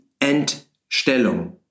Entstellung